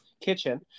kitchen